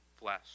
flesh